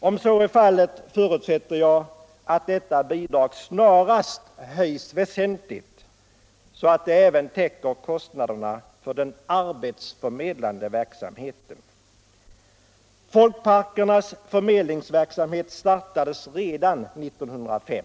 Om så är fallet, förutsätter jag att detta - Obligatorisk bidrag snarast höjs väsentligt. så att det även täcker kostnaderna för = platsanmälan till den arbetsförmedlande verksamheten. den offentliga Folkparkernas förmedlingsverksamhet startades redan 1905.